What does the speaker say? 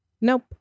Nope